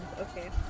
Okay